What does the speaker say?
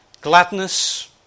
Gladness